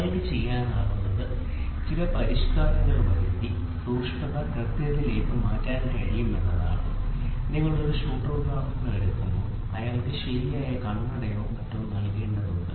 ഞങ്ങൾക്ക് ചെയ്യാനാകുന്നത് ചില പരിഷ്കാരങ്ങൾ വരുത്തി സൂക്ഷ്മത കൃത്യതയിലേക്ക് മാറ്റാൻ കഴിയും എന്നതാണ് നിങ്ങൾ ഒരു ഷൂട്ടർ ഉദാഹരണം എടുക്കുമ്പോൾ അയാൾക്ക് ശരിയായ കണ്ണടയോ മറ്റോ നൽകേണ്ടതുണ്ട്